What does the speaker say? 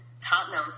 Tottenham